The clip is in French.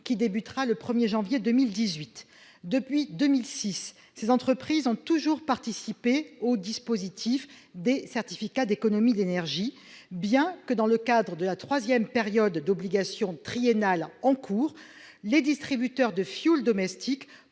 qui débutera le 1 janvier 2018. Depuis 2006, ces entreprises ont toujours participé au dispositif des CEE, bien que, dans le cadre de la troisième période d'obligations triennales en cours, les distributeurs de fioul domestique